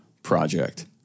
Project